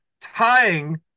tying